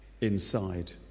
inside